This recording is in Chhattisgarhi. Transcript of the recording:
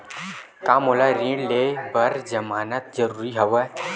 का मोला ऋण ले बर जमानत जरूरी हवय?